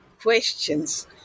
questions